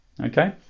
Okay